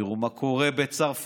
תראו מה קורה בצרפת.